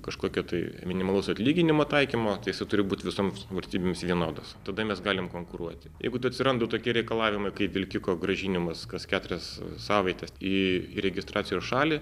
kažkokio tai minimalaus atlyginimo taikymo tai jisai turi būt visoms valstybėms vienodas tada mes galim konkuruoti jeigu tai atsiranda tokie reikalavimai kaip vilkiko grąžinimas kas keturias savaites į į registracijos šalį